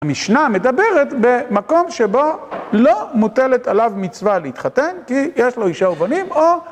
המשנה מדברת במקום שבו לא מוטלת עליו מצווה להתחתן כי יש לו אישה ובנים או...